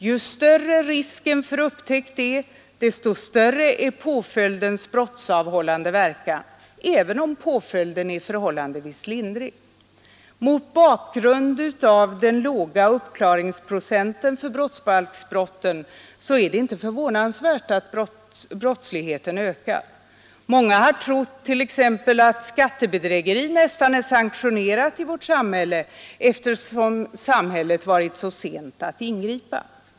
Ju större risken för upptäckt är desto större är påföljdens brottsavhållande verkan, även om påföljden är förhållandevis lindrig. Mot bakgrund av den låga uppklaringsprocenten för brottsbalksbrotten är det inte förvånansvärt att 111 brottsligheten ökar. Många har trott att skattebedrägeri nästan är sanktionerat i vårt samhälle, eftersom samhället varit så sent att ingripa.